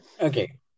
Okay